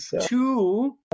two